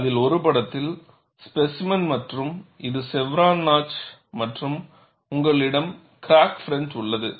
அதில் ஒரு படத்தில் இது ஸ்பேசிமென் மற்றும் இது செவ்ரான் நாட்ச் மற்றும் உங்களிடம் கிராக் ஃப்ர்ன்ட் உள்ளது